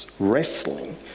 wrestling